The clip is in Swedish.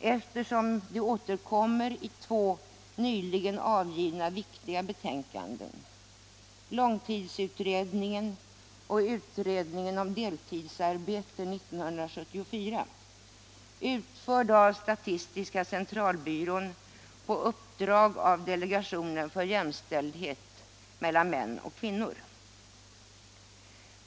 eftersom den återkommer i två nyligen avgivna betänkanden — långtidsutredningen och utredningen om deltidsarbete 1974, utförd av statistiska centralbyrån på uppdrag av delegationen för jämställdhet mellan män och kvinnor.